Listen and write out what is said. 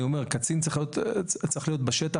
קצין צריך להיות בשטח,